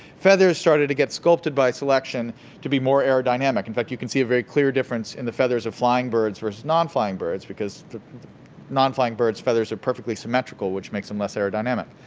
feathers started to get sculpted by selection to be more aerodynamic. in fact, you can see a very clear difference in the feathers of flying birds versus non-flying birds, because non-flying birds' feathers are perfectly symmetrical, which makes them less aerodynamic.